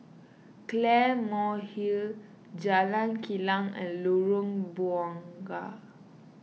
Claymore Hill Jalan Kilang and Lorong Bunga